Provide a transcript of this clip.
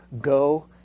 go